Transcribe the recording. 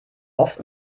oft